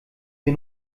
wir